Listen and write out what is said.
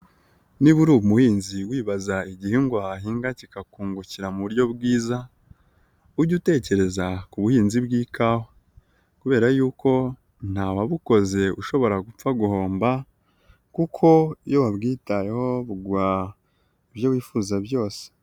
Niba uri umuhinzi wibaza igihingwa wahinga kikakungukira mu buryo bwiza ujye utekereza ku buhinzi bw'ikawa, kubera yuko ntawabukoze ushobora gupfa guhomba, kuko iyo wabwitayeho buguha ibyo wifuza byose.